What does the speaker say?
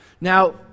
Now